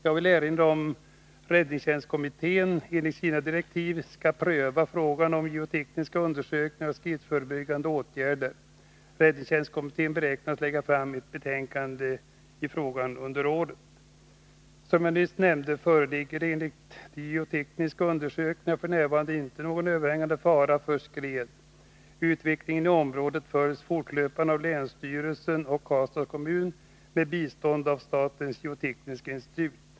Jag vill erinra om att räddningstjänstkommittén enligt sina direktiv skall pröva frågan om geotekniska undersökningar och skredförebyggande åtgärder. Räddningstjänstkommittén beräknas lägga fram ett betänkande i frågan under året. Som jag nyss nämnde föreligger det enligt de geotekniska undersökningarna f. n. inte någon överhängande fara för skred. Utvecklingen i området följs fortlöpande av länsstyrelsen och Karlstads kommun med bistånd av statens geotekniska institut.